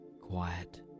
quiet